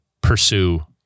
pursue